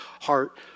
heart